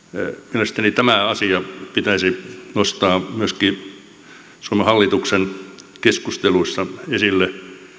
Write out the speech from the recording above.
mielestäni tämä asia pitäisi nostaa myöskin suomen hallituksen keskusteluissa esille